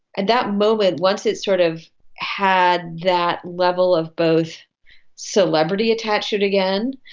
at that moment once it sort of had that level of both celebrity attached to it again,